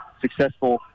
successful